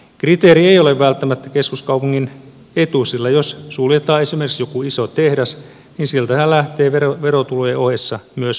kriteeri ei ole välttämättä keskuskaupungin etu sillä jos suljetaan esimerkiksi joku iso tehdas niin sieltähän lähtee verotulojen ohessa myös valtionosuuslisä